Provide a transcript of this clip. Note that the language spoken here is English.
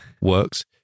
works